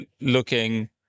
looking